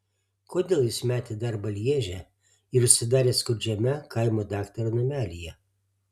kodėl jis metė darbą lježe ir užsidarė skurdžiame kaimo daktaro namelyje